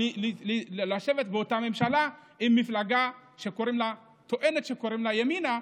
לשבת באותה ממשלה עם מפלגה שטוענת שקוראים לה "ימינה",